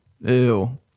ew